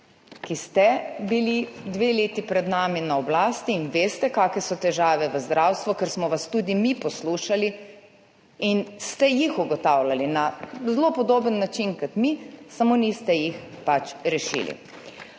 ki ste bili dve leti pred nami na oblasti in veste, kakšne so težave v zdravstvu, ker smo vas tudi mi poslušali, in ste jih ugotavljali na zelo podoben način kot mi, samo niste jih rešili.